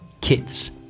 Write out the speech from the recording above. kids